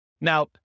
Now